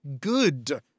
good